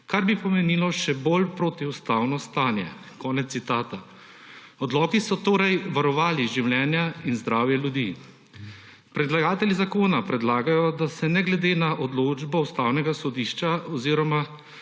kar bi pomenilo še bolj protiustavno stanje.« Odloki so torej varovali življenja in zdravje ljudi. Predlagatelji zakona predlagajo, da se ne glede na odločbo Ustavnega sodišča oziroma